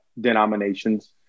denominations